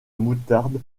moutarde